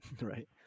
Right